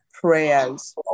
prayers